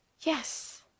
Yes